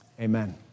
Amen